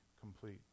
complete